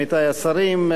עמיתי השרים,